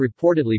reportedly